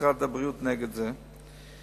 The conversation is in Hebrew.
משרד הבריאות נגד זה.